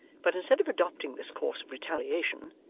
but instead of adopting this course of retaliation,